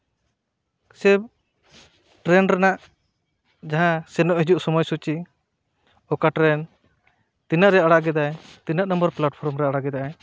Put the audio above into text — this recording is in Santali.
ᱥᱮ ᱴᱨᱮᱹᱱ ᱨᱮᱱᱟᱜ ᱡᱟᱦᱟᱸ ᱥᱮᱱᱚᱜ ᱦᱤᱡᱩᱜ ᱥᱚᱢᱚᱭ ᱥᱩᱪᱤ ᱚᱠᱟ ᱴᱨᱮᱹᱱ ᱛᱤᱱᱟᱹᱜ ᱨᱮ ᱟᱲᱟᱜ ᱮᱫᱟᱭ ᱛᱤᱱᱟᱹᱜ ᱱᱚᱢᱵᱚᱨ ᱯᱞᱟᱴᱯᱷᱨᱢ ᱨᱮ ᱟᱲᱟᱜ ᱠᱮᱫᱟᱭ